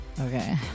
Okay